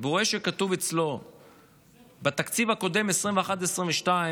ורואה שכתוב אצלו בתקציב הקודם, 2022-2021,